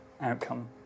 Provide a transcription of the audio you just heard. outcome